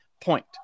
point